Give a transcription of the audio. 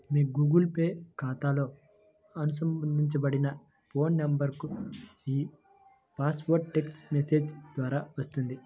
మీ Google Pay ఖాతాతో అనుబంధించబడిన phone నంబర్కు ఈ పాస్వర్డ్ టెక్ట్స్ మెసేజ్ ద్వారా వస్తుంది